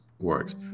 works